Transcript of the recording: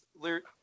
lyric